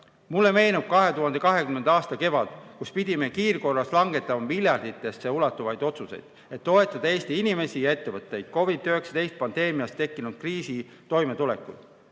Mulle meenub 2020. aasta kevad, kui pidime kiirkorras langetama miljarditesse ulatuvaid otsuseid, et toetada Eesti inimesi ja ettevõtteid COVID-19 pandeemiast tekkinud kriisiga toimetulekuks.